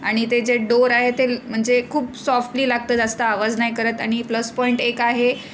आणि ते जे डोअर आहे ते म्हणजे खूप सॉफ्टली लागतं जास्त आवाज नाही करत आणि प्लस पॉईंट एक आहे